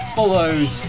follows